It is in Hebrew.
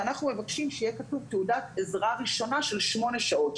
ואנחנו מבקשים שיהיה כתוב תעודת עזרה ראשונה של 8 שעות,